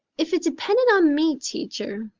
if it depended on me, teacher,